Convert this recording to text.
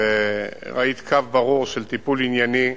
וראית קו ברור של טיפול ענייני,